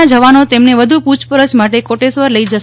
ના જવાનો તેમને વધુ પુછપરછ માટે કોટેશ્વર લઇ જશે